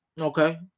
Okay